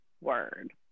Word